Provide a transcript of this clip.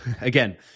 again